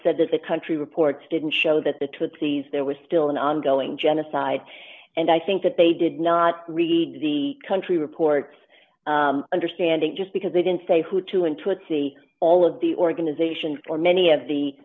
said that the country reports didn't show that the trixie's there was still an ongoing genocide and i think that they did not read the country reports understanding just because they didn't say hutu and tutsi all of the organizations or many of the